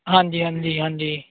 ਹਾਂਜੀ ਹਾਂਜੀ ਹਾਂਜੀ